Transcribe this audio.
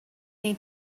need